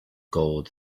gold